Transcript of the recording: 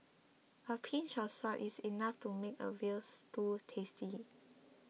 a pinch of salt is enough to make a Veal Stew tasty